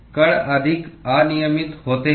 कण अधिक अनियमित होते हैं